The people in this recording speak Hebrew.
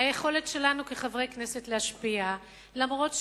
על היכולת שלנו כחברי הכנסת להשפיע אף-על-פי